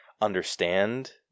understand